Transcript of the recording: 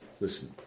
Listen